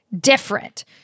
different